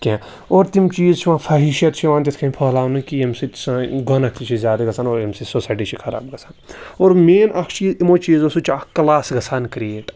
کینٛہہ اور تِم چیٖز چھِ یِوان فَحٲشیت چھِ یِوان تِتھۍ کٔنۍ پھٲلاونہٕ کہِ ییٚمہِ سۭتۍ سٲنۍ گُناہ تہِ چھِ زیادٕ گژھن وٲلۍ اَمہِ سۭتۍ سوسایٹی چھِ خراب گژھان اور مین اَکھ چیٖز ہَمو چیٖزو سۭتۍ چھُ اَکھ کٕلاس گژھان کِرٛییٹ